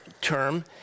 term